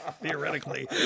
theoretically